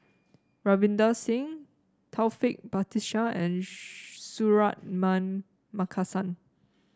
Ravinder Singh Taufik Batisah and Suratman Markasan